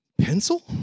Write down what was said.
pencil